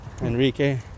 Enrique